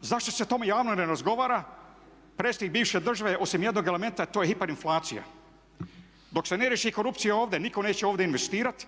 zašto se o tome javno ne razgovara? Predsjednik bivše države je osim jednog elementa, a to je hiperinflacija. Dok se ne riješi korupcija ovdje nitko neće ovdje investirati.